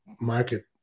market